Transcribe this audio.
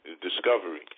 discovery